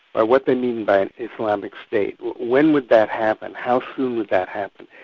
ah what they mean by an islamic state, when would that happen, how soon would that happen?